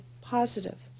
positive